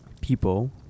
people